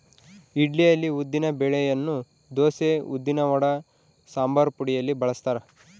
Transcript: ಇಡ್ಲಿಯಲ್ಲಿ ಉದ್ದಿನ ಬೆಳೆಯನ್ನು ದೋಸೆ, ಉದ್ದಿನವಡ, ಸಂಬಾರಪುಡಿಯಲ್ಲಿ ಬಳಸ್ತಾರ